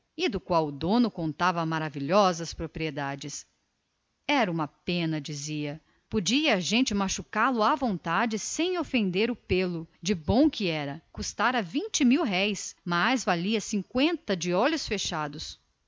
e do qual o dono contava maravilhosas propriedades era uma pena podia a gente machucá lo à vontade sem ofender o pêlo de bom que era custara vinte mil-réis mas valia cinqüenta a olhos fechados